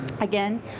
Again